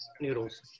noodles